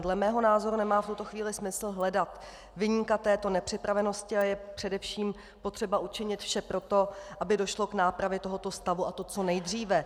Dle mého názoru nemá v tuto chvíli smysl hledat viníka této nepřipravenosti a je především potřeba učinit vše pro to, aby došlo k nápravě tohoto stavu, a to co nejdříve.